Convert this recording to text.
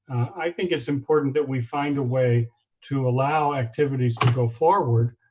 i think it's important that we find a way to allow activities to go forward